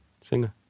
singer